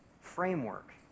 framework